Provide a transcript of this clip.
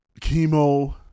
chemo